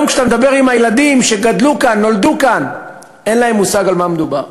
היום, כשאתה מדבר עם הילדים שנולדו כאן, גדלו כאן,